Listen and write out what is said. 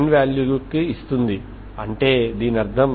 అంటే దీని అర్థం An Bn